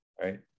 Right